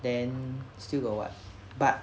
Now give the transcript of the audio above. then still got what but